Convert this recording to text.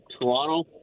Toronto